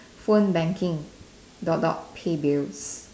phone banking dot dot pay bills